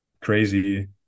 crazy